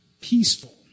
peaceful